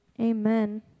Amen